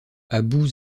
abou